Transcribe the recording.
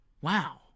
Wow